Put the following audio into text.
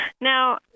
Now